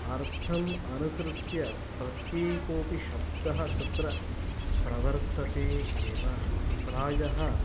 अर्थम् अनुसृत्य प्रत्येकोपि शब्दः तत्र प्रवर्तते एव प्रायः